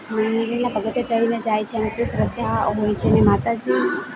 આ મંદિરના પગથિયાં ચડીને જાય છે અને તે શ્રદ્ધા હોય છે ને માતાજી